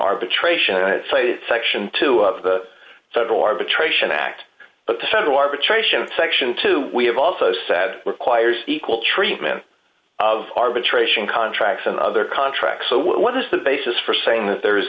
section two of the federal arbitration act but the federal arbitration section two we have also said requires equal treatment of arbitration contracts in other contracts so what is the basis for saying that there